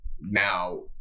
now